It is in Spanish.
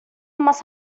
más